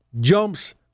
jumps